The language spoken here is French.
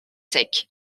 sec